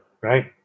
right